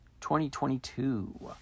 2022